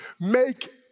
make